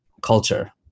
culture